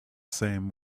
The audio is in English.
same